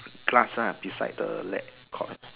class ah beside the leg court